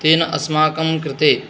तेन अस्माकं कृते